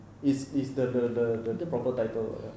is is the the the the proper title lah ya